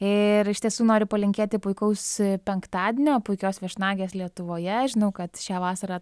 ir iš tiesų noriu palinkėti puikaus penktadienio puikios viešnagės lietuvoje žinau kad šią vasarą